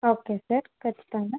okay sir ఖచ్చితంగా